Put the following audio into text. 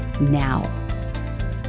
now